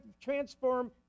transform